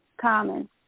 common